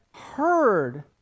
heard